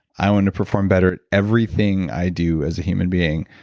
i wanted to perform better at everything i do as a human being,